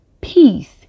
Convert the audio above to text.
peace